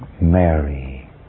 Mary